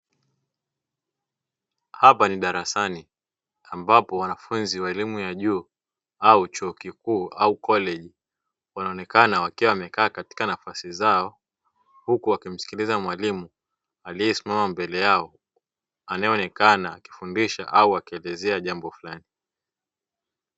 Hapa ni darasani ambapo wanafunzi wa elimu ya juu au chuo kikuu au "college" wanaonekana wakiwa wamekaa katika nafasi zao, huku wakimsikiliza mwalimu aliesimama mbele yao anaeonekana akifundisha au akielezea jambo fulani.